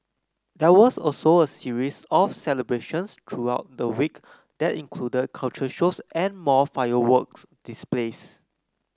there was also a series of celebrations throughout the week that included cultural shows and more fireworks displays